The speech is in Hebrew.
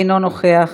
אינו נוכח,